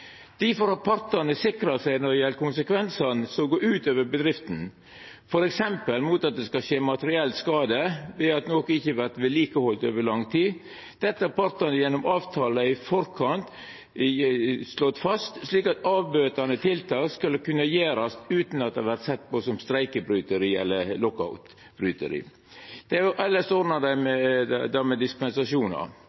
Difor har partane sikra seg når det gjeld konsekvensane som går ut over bedrifta, f.eks. mot at det skal skje materiell skade ved at noko ikkje vert halde ved like over lang tid. Dette har partane gjennom avtale i forkant slått fast, slik at avbøtande tiltak skal kunna gjerast utan at det vert sett på som streikebryting eller lockoutbryting. Det er elles ordna med dispensasjonar. Dette gjer dei